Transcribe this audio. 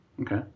okay